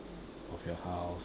of your house